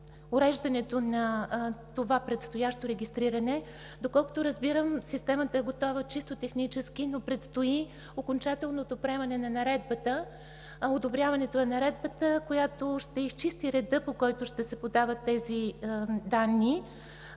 уреждането на това предстоящо регистриране. Доколкото разбирам, системата е готова чисто технически, но предстои одобряването на наредбата, която ще изчисти реда, по който ще се подават данни,